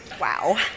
Wow